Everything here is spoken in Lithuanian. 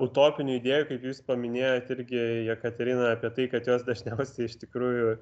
utopinių idėjų kaip jūs paminėjot irgi jekateriną apie tai kad jos dažniausiai iš tikrųjų